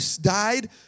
died